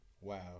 wow